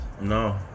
No